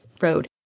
road